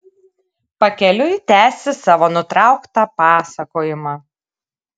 pakeliui tęsi savo nutrauktą pasakojimą